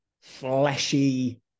fleshy